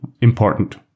important